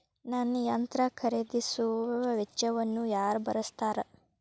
ನನ್ನ ಯಂತ್ರ ಖರೇದಿಸುವ ವೆಚ್ಚವನ್ನು ಯಾರ ಭರ್ಸತಾರ್?